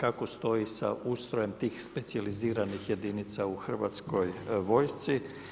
Kako stoji sa ustrojem tih specijaliziranih jedinica u Hrvatskoj vojsci?